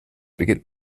beginnt